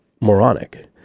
moronic